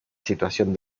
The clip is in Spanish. situación